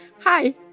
hi